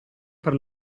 per